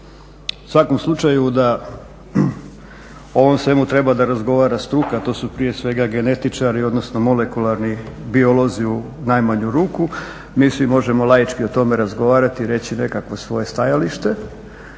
U svakom slučaju da o ovom svemu treba da razgovara struka a to su prije svega genetičari, odnosno molekularni biolozi u najmanju ruku. Mi svi možemo laički o tome razgovarati i reći nekakvo svoje stajalište.